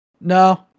no